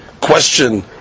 question